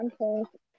Okay